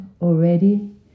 already